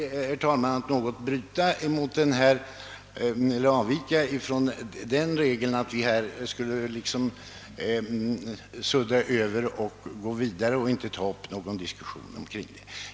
Därför skall jag, herr talman, tillåta mig att något avvika från regeln att vi inte tar upp någon diskussion utan bara suddar över och går vidare.